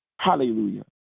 Hallelujah